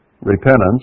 repentance